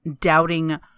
doubting